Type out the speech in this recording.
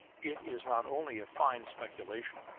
it is not only a fine speculation,